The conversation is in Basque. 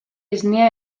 esnea